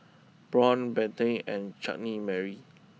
Braun Pantene and Chutney Mary